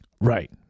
Right